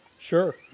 Sure